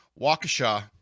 Waukesha